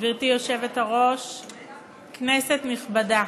ברשות יושבת-ראש הישיבה, הריני להודיעכם,